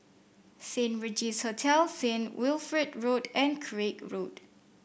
Saint Regis Hotel Saint Wilfred Road and Craig Road